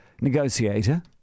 negotiator